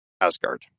Asgard